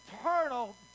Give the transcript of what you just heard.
eternal